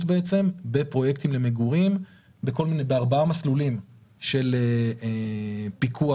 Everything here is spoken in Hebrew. בפרויקטים למגורים בארבעה מסלולים של פיקוח.